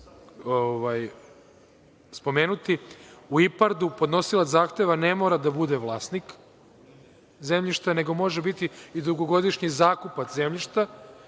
spomenuti, u IPARD-u podnosilac zahteva ne mora da bude vlasnik zemljišta nego može biti i dugogodišnji zakupac zemljišta.